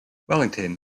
wellington